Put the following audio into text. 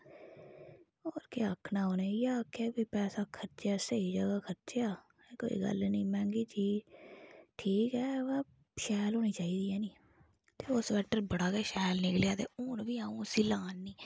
होर केह् आक्खना हा उनें इयै आक्खेआ कि पैसा खर्चेआ स्हेई जगह खर्चेआ ऐहें कोई गल्ल निं मैहंगी चीज़ ठीक ऐ बिऽ शैल होनी चाहिदी हैनी ते ओह् स्वेटर बड़ा गै शैल निकलेआ ते हून बी अंऊ उसी लान्नी